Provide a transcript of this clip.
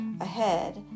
ahead